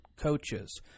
coaches